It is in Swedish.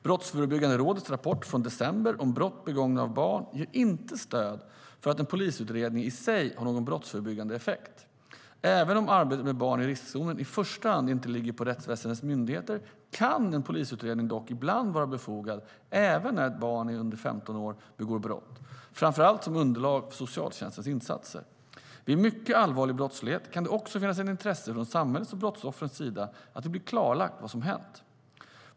Brottsförebyggande rådets rapport från december om brott begångna av barn ger inte stöd för att en polisutredning i sig har någon brottsförebyggande effekt. Även om arbetet med barn i riskzonen i första hand inte ligger på rättsväsendets myndigheter kan en polisutredning dock ibland vara befogad även när ett barn under 15 år begår brott, framför allt som underlag för socialtjänstens insatser. Vid mycket allvarlig brottslighet kan det också finnas ett intresse från samhällets och brottsoffrens sida att det blir klarlagt vad som har hänt.